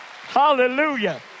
Hallelujah